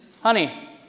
Honey